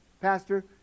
pastor